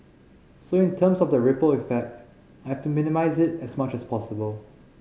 so in terms of the ripple effect I have to minimise it as much as possible